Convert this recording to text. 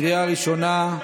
בקריאה הראשונה.